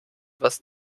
was